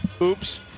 Oops